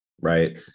right